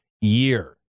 year